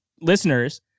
Listeners